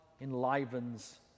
enlivens